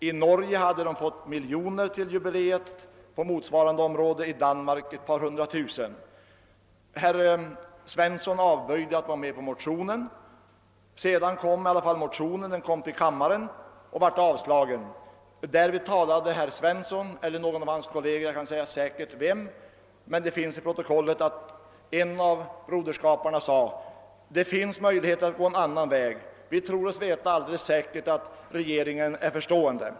I Norge hade man fått miljoner till jubileet och på motsvarande område i Danmark ett par hundra tusen. Herr Svensson i Kungälv avböjde ett erbjudande om att vara med på motionen. Sedan väcktes motionen och behandlades av riksdagen. Den blev avslagen. Därvid talade herr Svensson eller någon av hans kolleger — jag kan inte säkert säga vem det var — i denna fråga. Det finns antecknat i protokollet att en av medlemmarna i Broderskapsrörelsen sade: Det finns möjligheter att gå en annan väg; vi tror oss. veta att regeringen är förstående.